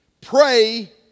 Pray